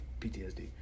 PTSD